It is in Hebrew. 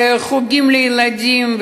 חוגים לילדים,